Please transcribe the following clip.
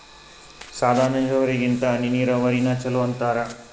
ಸಾದ ನೀರಾವರಿಗಿಂತ ಹನಿ ನೀರಾವರಿನ ಚಲೋ ಅಂತಾರ